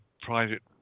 private